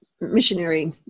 missionary